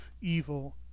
evil